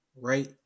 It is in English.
Right